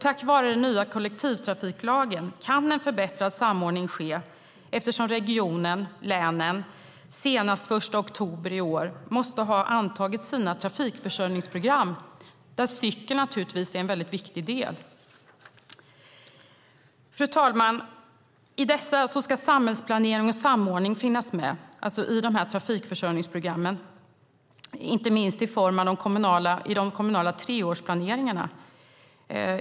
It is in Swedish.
Tack vare den nya kollektivtrafiklagen kan en förbättrad samordning ske, eftersom regionerna eller länen senast den 1 oktober i år måste ha antagit sina trafikförsörjningsprogram där cykeln naturligtvis är en väldigt viktig del. Fru talman! I de här trafikförsörjningsprogrammen ska samhällsplanering och samordning finnas med, inte minst i form av de kommunala treårsplanerna.